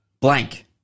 blank